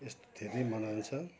यस्तो धेरै मनाइन्छ